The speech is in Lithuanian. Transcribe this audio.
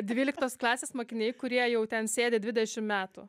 dvyliktos klasės mokiniai kurie jau ten sėdi dvidešim metų